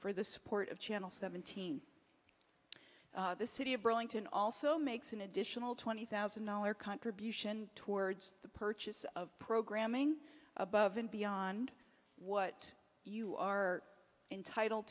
for the support of channel seventeen the city of brawling tin also makes an additional twenty thousand dollar contribution towards the purchase of programming above and beyond what you are entitled